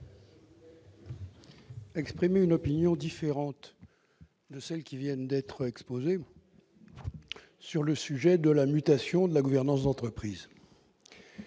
exprimer une opinion différente de celles qui viennent d'être exposées au sujet de la mutation de la gouvernance d'entreprise.